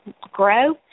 grow